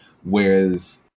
Whereas